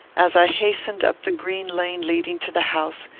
as i hastened up the green lane leading to the house,